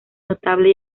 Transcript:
notable